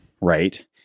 right